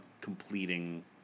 completing